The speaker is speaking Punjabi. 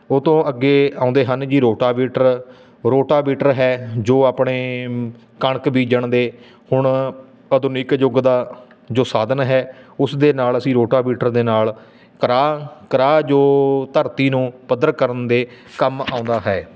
ਉਹ ਤੋਂ ਅੱਗੇ ਆਉਂਦੇ ਹਨ ਜੀ ਰੋਟਾਵੀਟਰ ਰੋਟਾਵੀਟਰ ਹੈ ਜੋ ਆਪਣੇ ਕਣਕ ਬੀਜਣ ਦੇ ਹੁਣ ਆਧੁਨਿਕ ਯੁੱਗ ਦਾ ਜੋ ਸਾਧਨ ਹੈ ਉਸ ਦੇ ਨਾਲ ਅਸੀਂ ਰੋਟਾਵੀਟਰ ਦੇ ਨਾਲ ਕਰਾਹ ਕਰਾਹ ਜੋ ਧਰਤੀ ਨੂੰ ਪੱਧਰ ਕਰਨ ਦੇ ਕੰਮ ਆਉਂਦਾ ਹੈ